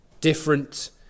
different